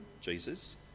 Jesus